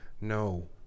no